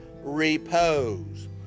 repose